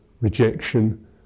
rejection